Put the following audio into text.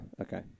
Okay